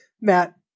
Matt